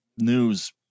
news